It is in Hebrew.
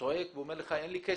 צועק ואומר לך: "אין לי כסף.